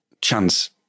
chance